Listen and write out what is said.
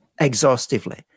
exhaustively